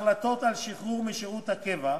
של החלטות על שחרור משירות הקבע,